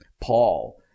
Paul